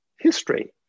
history